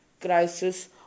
crisis